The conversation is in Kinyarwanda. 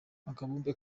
akabumbe